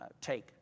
take